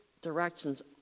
Directions